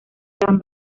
gran